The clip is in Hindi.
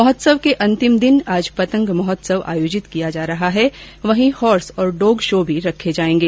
महोत्सव के अंतिम दिन आज पतंग महोत्सव आयोजित किया जा रहा है वहीं होर्स और डॉग शो भी रखे गए है